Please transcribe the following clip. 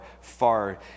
far